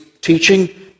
teaching